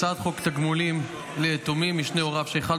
הצעת חוק תגמולים ליתום משני הוריו שאחד